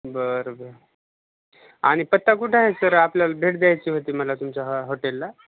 बरं बरं आणि पत्ता कुठं आहे सर आपल्याला भेट द्यायची होती मला तुमच्या ह हॉटेलला